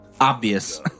obvious